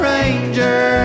Ranger